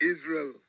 Israel